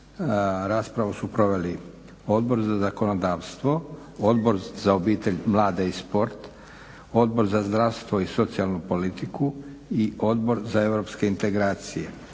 Raspravu su proveli Odbor za zakonodavstvo, Odbor za obitelj, mlade i sport, Odbor za zdravstvo i socijalnu politiku i Odbor za europske integracije.